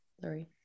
Sorry